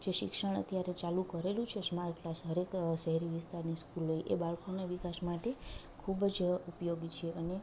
જે શિક્ષણ અત્યારે ચાલુ કરેલું છે સ્માર્ટ ક્લાસ હરેક શેહેરી વિસ્તારની સ્કૂલે એ બાળકોને વિકાસ માટે ખૂબ જ ઉપયોગી છે અને